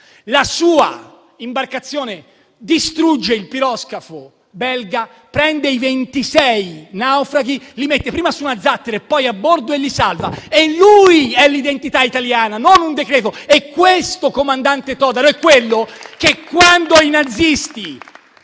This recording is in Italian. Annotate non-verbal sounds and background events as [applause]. la sua imbarcazione distrugge il piroscafo belga, prende i 26 naufraghi, li mette prima su una zattera, poi a bordo e li salva. Ecco chi incarna l'identità italiana, non un decreto. [applause] Il comandante Todaro è quello che, quando i nazisti